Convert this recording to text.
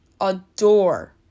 adore